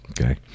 Okay